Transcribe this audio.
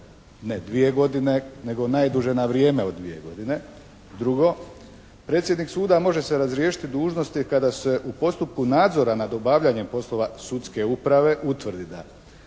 Ne dvije godine nego najduže na vrijeme od dvije godine. Drugo, predsjednik suda može se razriješiti dužnosti kada se u postupku nadzora nad obavljanjem poslova sudske uprave utvrdi da